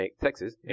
Texas